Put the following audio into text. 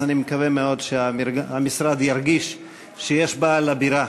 אז אני מקווה מאוד שהמשרד ירגיש שיש בעל לבירה.